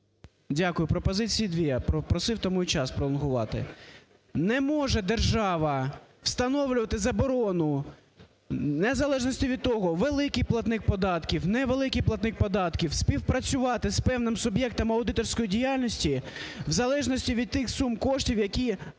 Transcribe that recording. Дякую. Пропозицій дві, просив тому і час пролонгувати. Не може держава встановлювати заборону в незалежності від того, великий платник податків, невеликий платник податків, співпрацювати з певним суб'єктом аудиторської діяльності в залежності від тих сум коштів, які